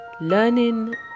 Learning